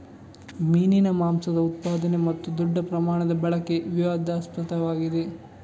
ಮೀನಿನ ಮಾಂಸದ ಉತ್ಪಾದನೆ ಮತ್ತು ದೊಡ್ಡ ಪ್ರಮಾಣದ ಬಳಕೆ ವಿವಾದಾಸ್ಪದವಾಗಿದೆ